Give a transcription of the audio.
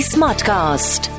Smartcast